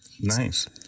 Nice